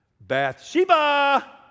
Bathsheba